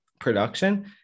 production